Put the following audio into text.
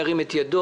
ירים את ידו.